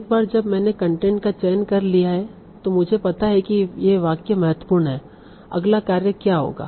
एक बार जब मैंने कंटेंट का चयन कर लिया है मुझे पता है कि ये वाक्य महत्वपूर्ण हैं अगला कार्य क्या होगा